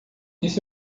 isso